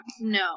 No